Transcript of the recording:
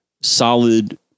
solid